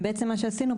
ובעצם מה שעשינו,